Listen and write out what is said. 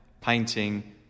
painting